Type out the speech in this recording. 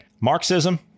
Marxism